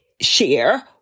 share